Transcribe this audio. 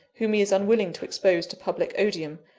whom he is unwilling to expose to public odium,